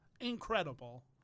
incredible